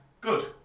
Good